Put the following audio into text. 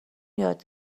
یاد